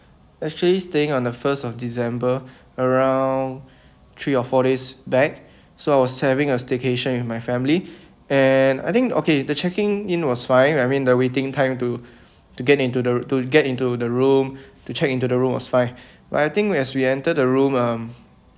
actually staying on the first of december around three or four days back so I was having a staycation with my family and I think okay the checking in was fine I mean the waiting time to to get into the to get into the room to check into the room was fine but I think as we entered the room um